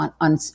on